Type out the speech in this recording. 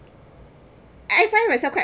I found myself quite